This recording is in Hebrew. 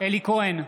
אלי כהן,